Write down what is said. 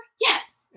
Yes